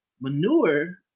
manure